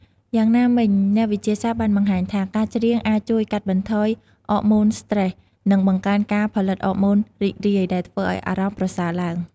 យ៉ាងណាមិញ អ្នកវិទ្យាសាស្ត្របានបង្ហាញថា ការច្រៀងអាចជួយកាត់បន្ថយអរម៉ូនស្ត្រេស និងបង្កើនការផលិតអរម៉ូនរីករាយ ដែលធ្វើឲ្យអារម្មណ៍ប្រសើរឡើង។